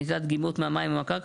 נטילת דגימות מהמים או מהקרקע,